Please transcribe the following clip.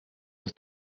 das